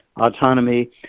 autonomy